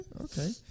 Okay